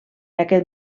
aquest